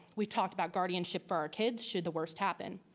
we talked about guardianship for our kids should the worst happen.